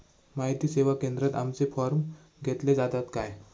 माहिती सेवा केंद्रात आमचे फॉर्म घेतले जातात काय?